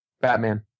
Batman